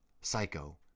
Psycho